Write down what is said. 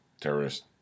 terrorist